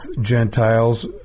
Gentiles